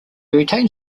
retained